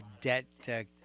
debt